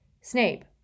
Snape